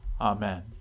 Amen